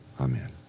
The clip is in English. amen